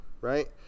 right